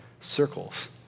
circles